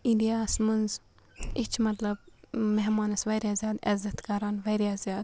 اِنڈیاہَس منٛز أسۍ چھِ مطلب مہمانَس واریاہ زیادٕ عزت کَران واریاہ زیادٕ